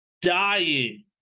dying